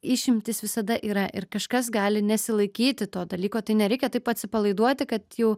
išimtys visada yra ir kažkas gali nesilaikyti to dalyko tai nereikia taip atsipalaiduoti kad jau